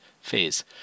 phase